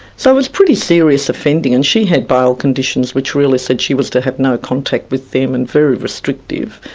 so it was pretty serious offending, and she had bail conditions which really said she was to have no contact with them, and very restrictive.